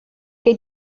gei